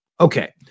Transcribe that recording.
Okay